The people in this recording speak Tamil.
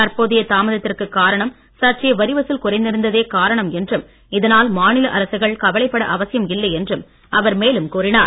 தற்போதைய தாமதத்திற்கு காரணம் சற்றே வரிவசூல் குறைந்திருந்ததே காரணம் என்றும் இதனால் மாநில அரசுகள் கவலைப்பட அவசியம் இல்லை என்றும் அவர் மேலும் கூறினார்